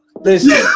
Listen